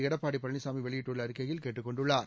எடப்பாடி பழனிசாமி வெளியிட்டுள்ள அறிக்கையில் கேட்டுக் கொண்டுள்ளார்